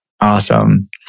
Awesome